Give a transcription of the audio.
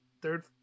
third